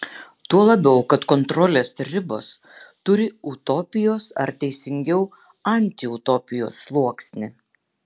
tuo labiau kad kontrolės ribos turi utopijos ar teisingiau antiutopijos sluoksnį